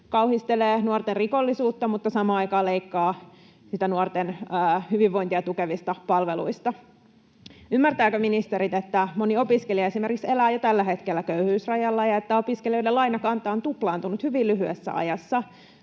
kauhistelee nuorten rikollisuutta mutta samaan aikaan leikkaa nuorten hyvinvointia tukevista palveluista. Ymmärtävätkö ministerit, että moni opiskelija esimerkiksi elää jo tällä hetkellä köyhyysrajalla ja että opiskelijoiden lainakanta on tuplaantunut hyvin lyhyessä ajassa?